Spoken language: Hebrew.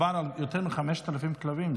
מדובר על יותר מ-5,000 כלבים.